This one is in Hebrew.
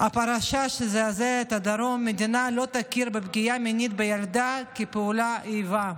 הפרשה שזעזעה את הדרום: המדינה לא תכיר בפגיעה מינית בילדה כפעולת איבה.